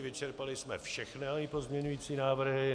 Vyčerpali jsme všechny pozměňující návrhy.